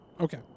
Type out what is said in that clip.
Okay